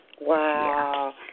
wow